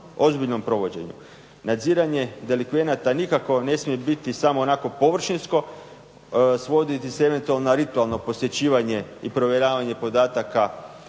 ozbiljnom provođenju. Nadziranje delikvenata nikako ne smije biti samo onako površinsko, svodi se eventualno na ritualno posjećivanje i provjeravanje podataka